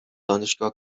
دانشگاه